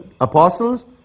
apostles